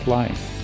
life